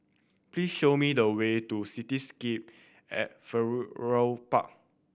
please show me the way to Cityscape at Park